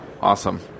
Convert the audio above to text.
Awesome